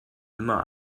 immer